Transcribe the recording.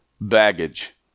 Baggage